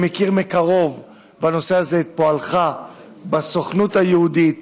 אני מכיר מקרוב את פועלך בנושא הזה בסוכנות היהודית,